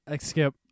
Skip